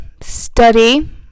study